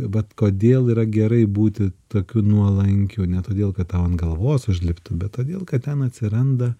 vat kodėl yra gerai būti tokiu nuolankiu ne todėl kad tau ant galvos užliptų bet todėl kad ten atsiranda